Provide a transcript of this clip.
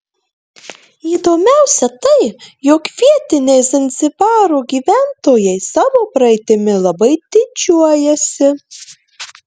įdomiausia tai jog vietiniai zanzibaro gyventojai savo praeitimi labai didžiuojasi